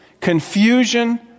confusion